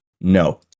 No